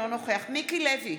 אינו נוכח מיקי לוי,